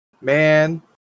Man